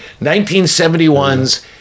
1971's